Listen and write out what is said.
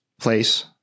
place